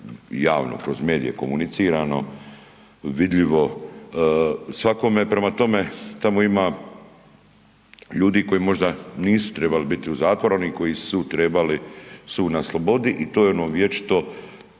javno kroz medije komunicirano, vidljivo svakome, prema tome tamo ima ljudi koji možda nisu tribali biti u zatvoru, a oni koji su trebali su na slobodi i to je ono vječito